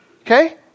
Okay